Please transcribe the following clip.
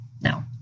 No